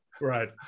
Right